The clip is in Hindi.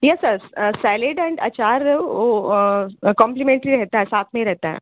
yes sir salad and achar ओ कोंपलीमेंट्री रहता है साथ में ही रहता है